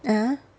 ya